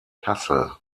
kassel